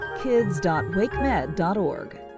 kids.wakemed.org